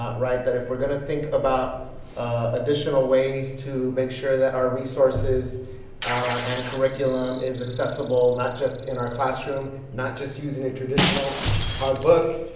right? that if we're gonna think about additional ways to make sure that our resources and curriculum is accessible, not just in our classroom, not just using a traditional hard book,